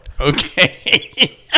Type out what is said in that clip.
Okay